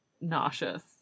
nauseous